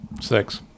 Six